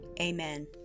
Amen